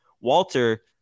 Walter